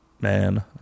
man